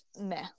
meh